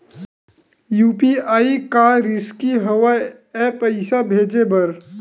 UPI का रिसकी हंव ए पईसा भेजे बर?